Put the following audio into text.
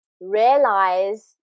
Realize